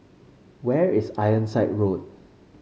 where is Ironside Road